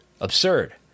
Absurd